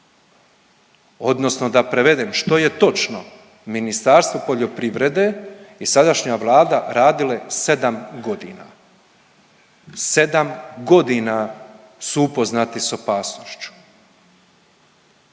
odnosno da prevedem, što je točno Ministarstvo poljoprivrede i sadašnja Vlada radile 7 godina, 7 godina su upoznati s opasnošću.